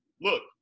look